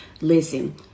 Listen